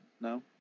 no